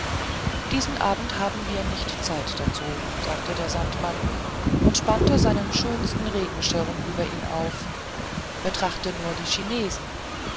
diesen abend haben wir nicht zeit dazu sagte der sandmann und spannte seinen schönsten regenschirm über ihn auf betrachte nur die chinesen